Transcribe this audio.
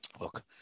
Look